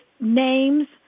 names